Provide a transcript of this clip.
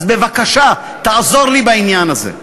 אז בבקשה, תעזור לי בעניין הזה.